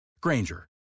Granger